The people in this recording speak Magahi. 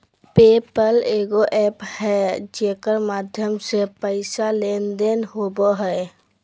पे पल एगो एप्प है जेकर माध्यम से पैसा के लेन देन होवो हय